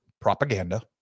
propaganda